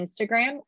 Instagram